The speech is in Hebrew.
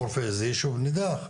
חורפיש זה ישוב נידח,